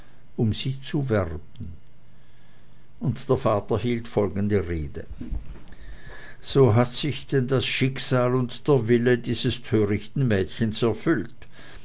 um sie zu werben und der vater hielt folgende rede so hat sich denn das schicksal und der wille dieses törichten mädchens erfüllt